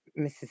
Mrs